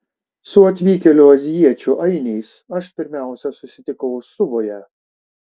su atvykėlių azijiečių ainiais aš pirmiausia susitikau suvoje